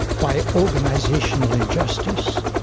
by organisational injustice,